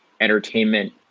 entertainment